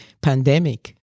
pandemic